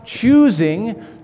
choosing